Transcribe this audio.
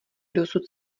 dosud